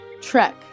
Trek